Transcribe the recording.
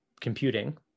computing